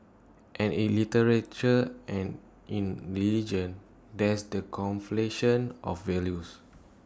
and in literature and in religion there's the conflation of values